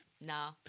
nah